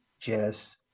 Jess